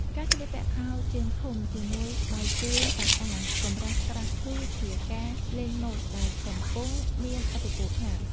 ការស្លៀកពាក់ខោជើងធំជាមួយស្បែកជើងប៉ាតាកម្រាស់ក្រាស់គឺ ជាការលេងម៉ូដដែលកំពុងមានឥទ្ធិពលខ្លាំង។